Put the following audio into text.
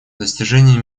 достижение